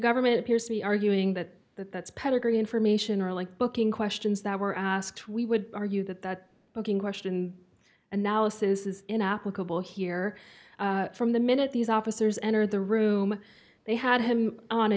government appears to be arguing that that that's pedigree information or like booking questions that were asked we would argue that that question analysis is inapplicable here from the minute these officers enter the room they had him on a